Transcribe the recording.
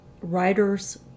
writer's